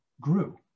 grew